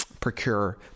procure